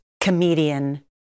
comedian